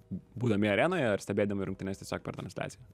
būdami arenoje ar stebėdami rungtynes tiesiog per tą situaciją